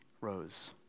rose